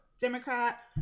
Democrat